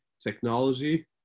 technology